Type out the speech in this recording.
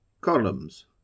Columns